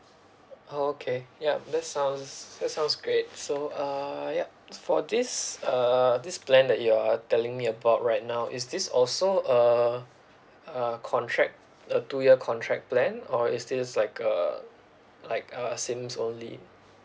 oh okay yup that's sounds that's sounds great so uh yup for this uh this plan that you're telling me about right now is this also uh a contract a two year contract plan or is this like uh like a SIM only